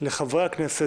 לחברי הכנסת,